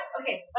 Okay